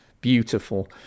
beautiful